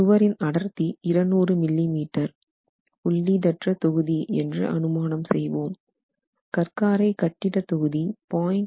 சுவரின் அடர்த்தி 200 மில்லிமீட்டர் உள்ளீடற்ற தொகுதி என்று அனுமானம் செய்வோம் கற் காரை கட்டிட தொகுதி 0